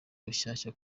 bushyashya